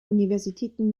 universitäten